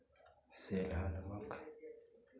सेंधा नमक